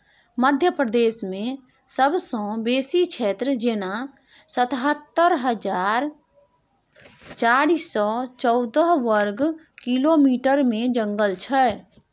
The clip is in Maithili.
मध्य प्रदेशमे सबसँ बेसी क्षेत्र जेना सतहत्तर हजार चारि सय चौदह बर्ग किलोमीटरमे जंगल छै